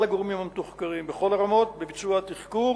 הגורמים המתוחקרים בכל הרמות בביצוע התחקור